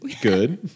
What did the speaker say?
good